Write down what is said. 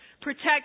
protect